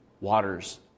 waters